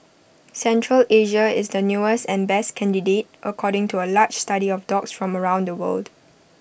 Central Asia is the newest and best candidate according to A large study of dogs from around the world